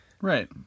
Right